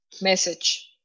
message